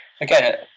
again